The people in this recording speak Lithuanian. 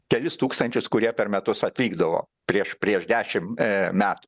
kelis tūkstančius kurie per metus atvykdavo prieš prieš dešimt metų